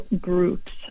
groups